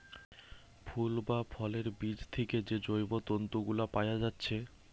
ফুল বা ফলের বীজ থিকে যে জৈব তন্তু গুলা পায়া যাচ্ছে